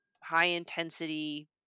high-intensity